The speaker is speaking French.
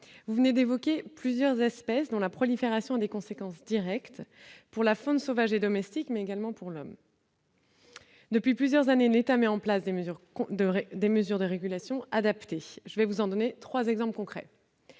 Vous venez d'évoquer plusieurs espèces dont la prolifération a des conséquences directes non seulement sur la faune sauvage et domestique, mais aussi sur l'homme. Depuis plusieurs années, l'État met en place des mesures de régulation adaptées. Je pense, par exemple, au frelon